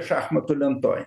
šachmatų lentoj